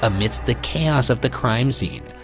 amidst the chaos of the crime scene,